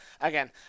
again